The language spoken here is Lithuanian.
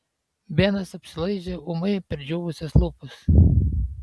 benas apsilaižė ūmai perdžiūvusias lūpas